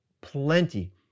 plenty